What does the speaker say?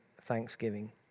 thanksgiving